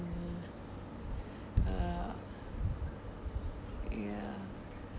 uh ya